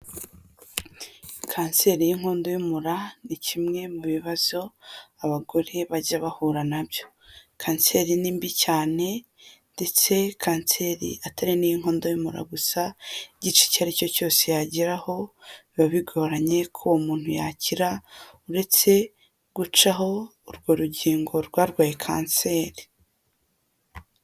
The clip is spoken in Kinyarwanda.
Kanseri y'inkondo y'umura ni kimwe mu bibazo abagore bajya bahura nabyo, kanseri ni mbi cyane ndetse kanseri atari n'iy'inkondo y'umura gusa, igice icyo ari cyo cyose yageraho biba bigoranye ko muntu yakira uretse gucaho urwo rugingo rwaye kanseri.